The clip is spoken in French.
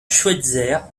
schweitzer